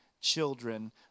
children